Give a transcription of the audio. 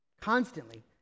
Constantly